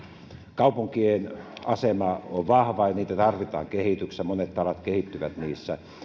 kaupunkien asema on vahva niitä tarvitaan kehitykseen monet tavat kehittyvät niissä